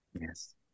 yes